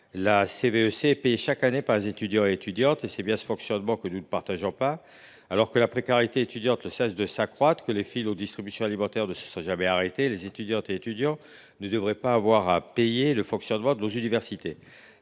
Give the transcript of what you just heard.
la CVEC est payée chaque année par les étudiants. Et c’est bien ce mode de fonctionnement que nous ne partageons pas : alors que la précarité étudiante ne cesse de s’accroître et que les files aux distributions alimentaires ne se sont jamais arrêtées, les étudiants ne devraient pas avoir à payer pour le fonctionnement de nos universités.